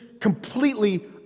completely